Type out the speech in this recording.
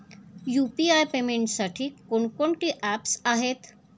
UPI पेमेंटसाठी कोणकोणती apps आहेत?